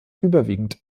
überwiegend